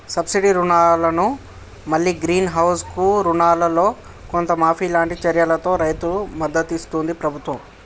subsidy రుణాలను మల్లి greenhouse కు రుణాలల్లో కొంత మాఫీ లాంటి చర్యలతో రైతుకు మద్దతిస్తుంది ప్రభుత్వం